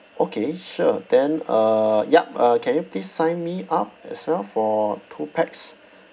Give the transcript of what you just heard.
okay sure then uh yup uh can you please sign me up as well for two pax